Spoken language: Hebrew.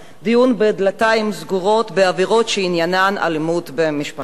דיון בדלתיים סגורות בעבירות שעניינן אלימות במשפחה.